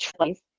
choice